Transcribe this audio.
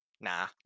Nah